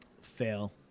fail